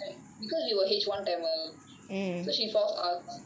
like because we were H one tamil she force us